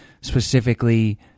specifically